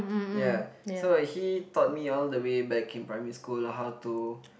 ya so he taught me all the way back in primary school how to